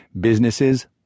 businesses